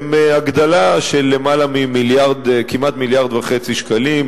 הן הגדלה של כמעט למעלה ממיליארד וחצי שקלים